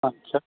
আচ্ছা